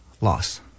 loss